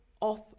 off